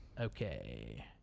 Okay